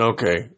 Okay